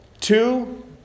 Two